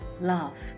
Love